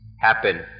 happen